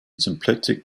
symplectic